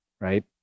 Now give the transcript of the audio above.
right